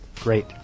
great